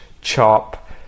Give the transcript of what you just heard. chop